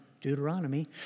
Deuteronomy